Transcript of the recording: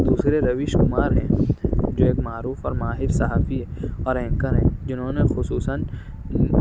دوسرے رویش کمار ہیں جو ایک معروف اور ماہر صحافی اور اينکر ہيں جنہوں نے خصوصاً